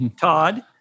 Todd